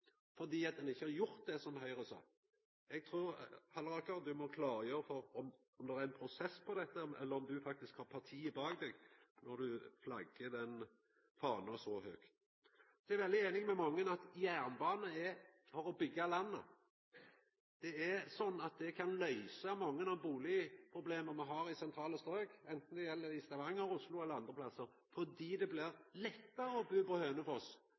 fordi me ikkje har gjort det som Høgre sa. Eg trur Halleraker, at du må klargjera om det er ein prosess på dette, eller om du faktisk har partiet bak deg når du flaggar den fana så høgt. Eg er veldig einig med mange i at jernbane er for å byggja landet. Det kan løysa mange av bustadproblema me har i sentrale strøk, enten det er i Stavanger, Oslo eller andre plassar, fordi det blir lettare å bu på